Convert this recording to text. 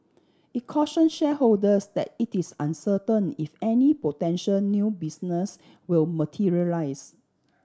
it caution shareholders that it is uncertain if any potential new business will materialise